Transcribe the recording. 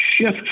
shift